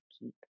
keep